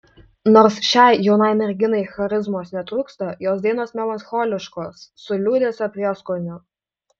nors šiai jaunai merginai charizmos netrūksta jos dainos melancholiškos su liūdesio prieskoniu